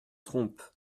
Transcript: trompe